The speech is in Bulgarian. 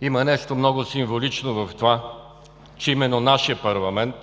Има нещо много символично в това, че именно нашият парламент